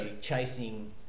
chasing